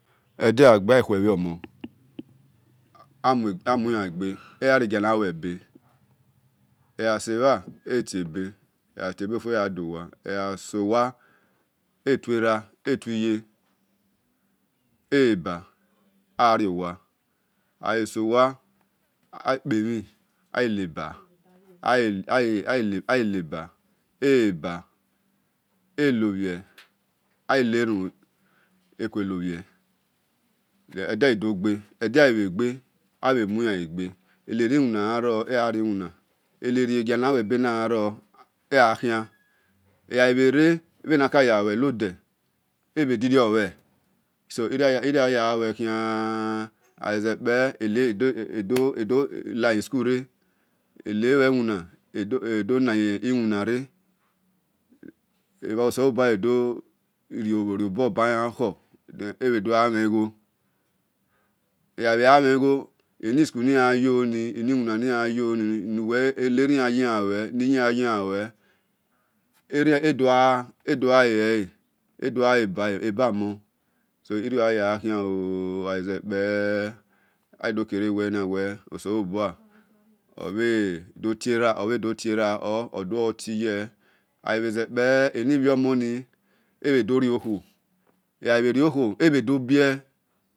Ede gha gbe aghi khue bhomon amui-an gbe egha riegiana luebe egha sebha etie-be egha tie befo egha dowa egha sowa etue ra e tue ye eleba agha riowa agha so wa aghi kpe- mhie aleba eghi eba elobhie eghi lerumhu ekue lobhie edeghi-dogbe edeghail gbe abhe mui an egbe ene riwina gha gha ro egha ri iwina enerie gia na lue be na gharo eghakhian eghai bhe re bhena kaya lue no de ebhe di-rio lue so irio aya gha lue khia aghi ze kpe edo nahi-school re ene lue wina egha do nahiwina re ebha oselo bua gha dor rio bor ba iyan ekhor edogha mhen eigho egha bhe gha mhe gho eni school ni la yoni eni wina ni lan lue-le ni nari an iyian yi ian lue edogha lelele edo gha leba omon so irio aya gha khia ooo aghai ze kpe ado kere wel ghe oselobua obho dor tie-ra or odor ti iye aghai zekpe eni bhiomoni ebhe dorio khuo eghai riokhuo ebhe dor bie